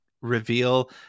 reveal